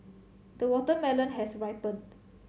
the watermelon has ripened